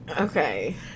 Okay